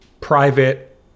private